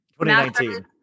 2019